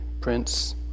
prince